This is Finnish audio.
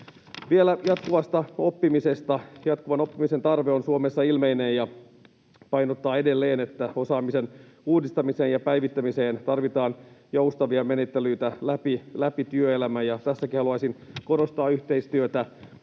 Jatkuvan oppimisen tarve on Suomessa ilmeinen, ja painotetaan edelleen, että osaamisen uudistamiseen ja päivittämiseen tarvitaan joustavia menettelyitä läpi työelämän. Tässäkin haluaisin korostaa yhteistyötä